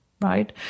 right